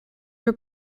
were